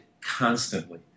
constantly